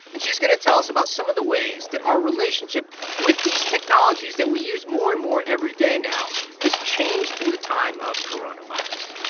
and she's going to tell us about some of the ways that our relationship with these technologies that we use more and more everyday now has changed in the time of coronavirus